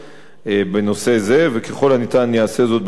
וככל הניתן יעשה זאת בהסכמה עם משרד האוצר.